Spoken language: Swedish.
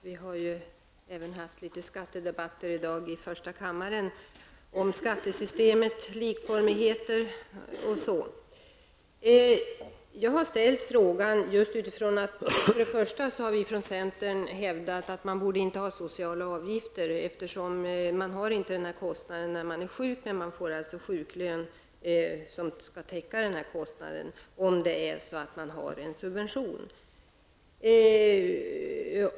Vi har i dag även haft några skattedebatter i första kammaren -- om skattesystemet, om likformigheter, osv. För det första har vi från centern hävdat att sociala avgifter inte borde utgå, eftersom man inte har den här kostnaden när man är sjuk men man får alltså sjuklön, som skall täcka den kostnaden, om man har en subvention.